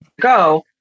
go